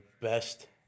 best